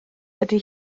ydy